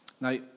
Now